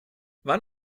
wann